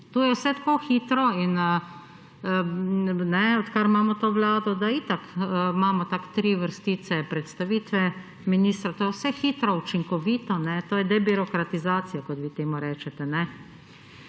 to je vse tako hitro in odkar imamo to vlado, da itak imamo tako tri vrstice predstavitve ministra. To je vse hitro učinkovito, to je debirokratizacija, kot vi temu rečete.